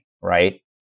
right